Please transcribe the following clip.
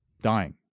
dying